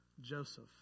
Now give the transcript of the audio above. Joseph